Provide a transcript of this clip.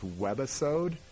webisode